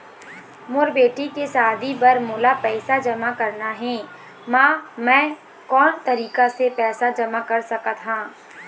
मोर बेटी के शादी बर मोला पैसा जमा करना हे, म मैं कोन तरीका से पैसा जमा कर सकत ह?